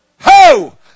Ho